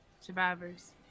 Survivors